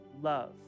love